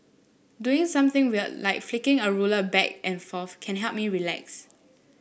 doing something weird like flicking a ruler back and forth can help me relax